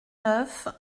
neuf